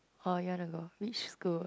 oh you want to go which school